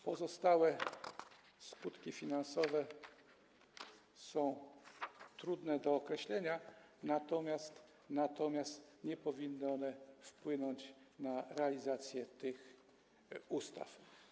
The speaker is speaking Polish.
Pozostałe skutki finansowe są trudne do określenia, natomiast nie powinny one wpłynąć na realizację tych ustaw.